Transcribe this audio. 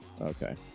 Okay